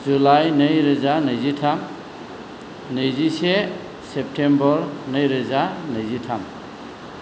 July नै रोजा नैजिथाम नैजिसे सेप्तेम्बर नै रोजा नैजिथाम